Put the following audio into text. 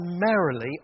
primarily